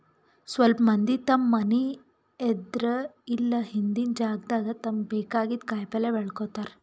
ಸ್ವಲ್ಪ್ ಮಂದಿ ತಮ್ಮ್ ಮನಿ ಎದ್ರ್ ಇಲ್ಲ ಹಿಂದಿನ್ ಜಾಗಾದಾಗ ತಮ್ಗ್ ಬೇಕಾಗಿದ್ದ್ ಕಾಯಿಪಲ್ಯ ಬೆಳ್ಕೋತಾರ್